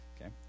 Okay